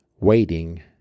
Waiting